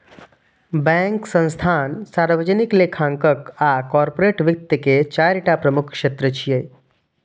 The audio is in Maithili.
बैंक, संस्थान, सार्वजनिक लेखांकन आ कॉरपोरेट वित्त के चारि टा प्रमुख क्षेत्र छियै